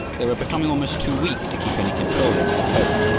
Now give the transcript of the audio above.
they were becoming almost too weak to keep any control over their boat,